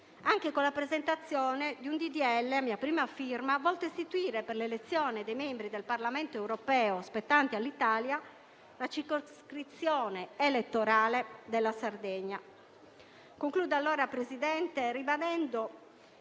anche con la presentazione di un disegno di legge a mia prima firma, volto ad istituire, per l'elezione dei membri del Parlamento europeo spettanti all'Italia, la circoscrizione elettorale della Sardegna. Signor Presidente, concludo